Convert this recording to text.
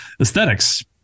aesthetics